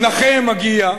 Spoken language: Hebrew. נכה מגיע,